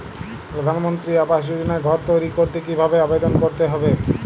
প্রধানমন্ত্রী আবাস যোজনায় ঘর তৈরি করতে কিভাবে আবেদন করতে হবে?